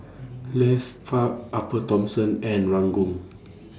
Leith Park Upper Thomson and Ranggung